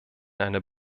einer